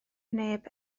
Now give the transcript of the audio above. neb